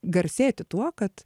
garsėti tuo kad